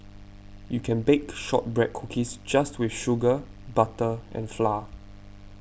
you can bake Shortbread Cookies just with sugar butter and flour